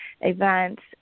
events